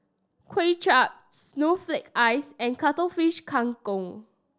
Kway Chap snowflake ice and Cuttlefish Kang Kong